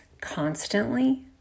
constantly